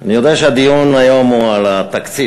אני יודע שהדיון היום הוא על התקציב